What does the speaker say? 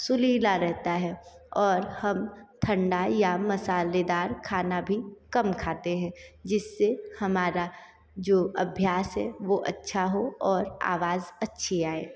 सुरीला रहता है और हम ठंडा या मसालेदार खाना भी कम खाते हैं जिस से हमारा जो अभ्यास है वो अच्छा हो और आवाज़ अच्छी आए